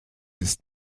ist